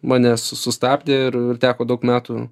mane su sustabdė ir teko daug metų